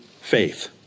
faith